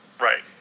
Right